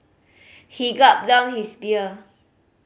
he gulped down his beer